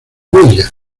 bella